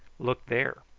look there.